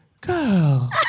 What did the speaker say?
girl